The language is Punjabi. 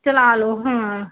ਚਲਾ ਲਓ ਹਾਂ